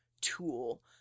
tool